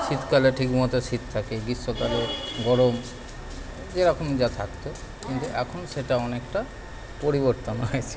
শীতকালে ঠিকমতো শীত থাকে গ্রীষ্মকালে গরম যেরকম যা থাকত কিন্তু এখন সেটা অনেকটা পরিবর্তন হয়েছে